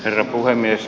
herra puhemies